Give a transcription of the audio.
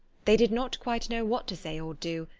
they did not quite know what to say or do,